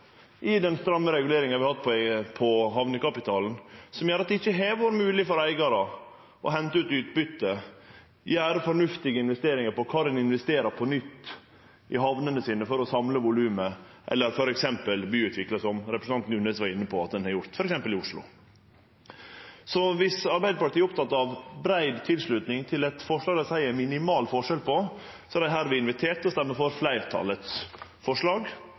i den stramme reguleringa vi har hatt på hamnekapitalen – som har gjort at det ikkje har vore mogleg for eigarar å hente ut utbytte og gjere fornuftige investeringar, anten ein investerer på nytt i hamnene sine for å samle volumet, eller i f.eks. byutvikling, som representanten Gunnes var inne på at ein har gjort f.eks. i Oslo. Så viss Arbeidarpartiet er opptekne av brei tilslutning til eit forslag der dei seier det er minimal forskjell, er dei hermed inviterte til å stemme for